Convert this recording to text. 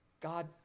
God